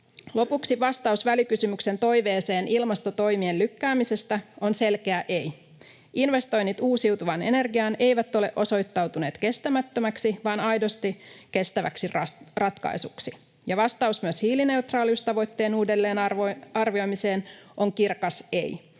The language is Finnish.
Lopuksi vastaus välikysymyksen toiveeseen ilmastotoimien lykkäämisestä on selkeä ei. Investoinnit uusiutuvaan energiaan eivät ole osoittautuneet kestämättömäksi, vaan aidosti kestäväksi ratkaisuksi. Ja vastaus myös hiilineutraaliustavoitteen uudelleenarvioimiseen on kirkas ei.